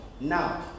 now